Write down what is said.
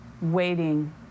waiting